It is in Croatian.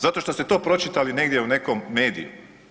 Zato što ste to pročitali negdje u nekom mediju?